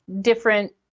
different